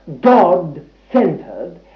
God-centered